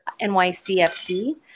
NYCFC